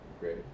great